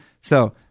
so-